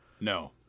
no